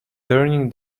turning